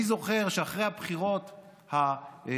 אני זוכר שאחרי הבחירות הראשונות,